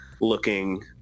looking